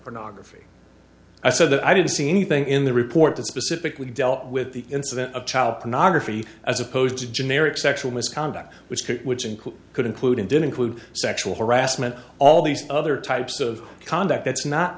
pornography i said that i didn't see anything in the report that specifically dealt with the incident of child pornography as opposed to generic sexual misconduct which could which include could include and did include sexual harassment all these other types of conduct that's not